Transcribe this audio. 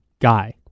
guy